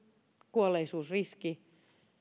kuolleisuusriski